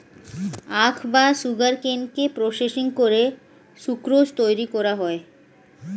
আখ বা সুগারকেনকে প্রসেসিং করে সুক্রোজ তৈরি করা হয়